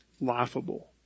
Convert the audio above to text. laughable